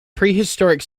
prehistoric